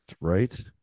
right